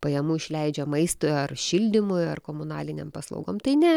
pajamų išleidžia maistui ar šildymui ar komunalinėm paslaugom tai ne